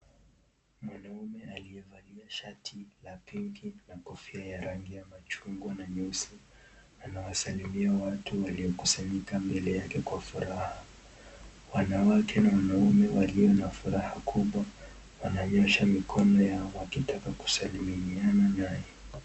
Mwanamume aliyevalia shati la pinki na kofia ya rangi ya machungwa na nyeusi anawasalimia watu waliokusanyika mbele yake kwa furaha. Wanawake na wanaume walio na furaha kubwa wananyoosha mikono yao wakitaka kusalimiana naye.